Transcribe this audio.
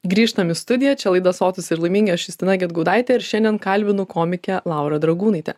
grįžtam į studiją laida sotūs ir laimingi aš justina gedgaudaitė ir šiandien kalbinu komikę laurą dragūnaitę